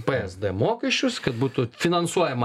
psd mokesčius kad būtų finansuojama